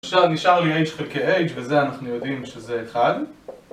עכשיו נשאר לי h חלקי h, וזה אנחנו יודעים שזה אחד